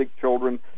children